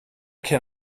can